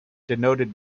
denoted